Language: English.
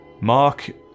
Mark